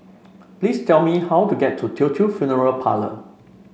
please tell me how to get to Teochew Funeral Parlour